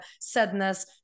sadness